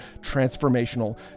transformational